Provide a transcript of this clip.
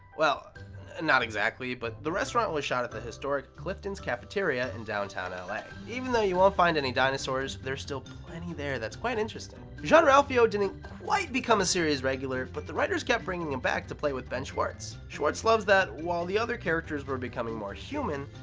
well and not exactly, but the restaurant was shot at the historic clifton's cafeteria in downtown la. ah like even though you won't find any dinosaurs, there's still plenty there that's quite interesting. jean-ralphio didn't quite become a series regular, but the writers kept bringing him back to play with ben schwartz. schwartz loves that, while the other characters were becoming more human,